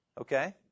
Okay